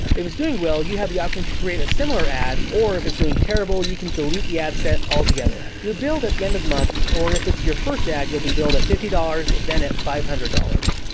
if it's doing well, you have the option to create a similar ad or if it's doing terrible, you can delete the ad set all together. you're billed at the end of the month or if it's your first ad, you'll be billed at fifty dollars then at five hundred dollars.